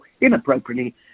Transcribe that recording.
inappropriately